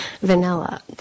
vanilla